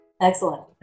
Excellent